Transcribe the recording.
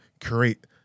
create